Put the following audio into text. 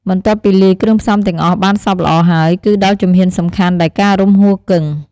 បន្ទាប់ពីលាយគ្រឿងផ្សំទាំងអស់បានសព្វល្អហើយ គឺដល់ជំហានសំខាន់ដែលការរុំហ៊ូគឹង។